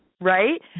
right